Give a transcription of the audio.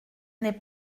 n’est